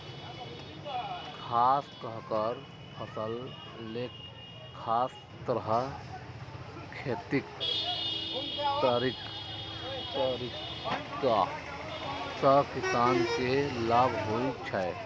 खास तरहक फसल लेल खास तरह खेतीक तरीका सं किसान के लाभ होइ छै